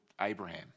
Abraham